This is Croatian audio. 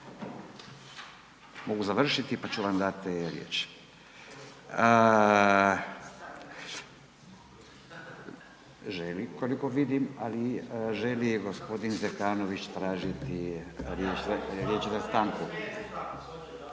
mogu završiti pa ću vam dati riječ. Želi koliko vidim, ali želi gospodin Zekanović, tražiti riječ za stanku.